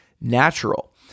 natural